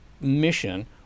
mission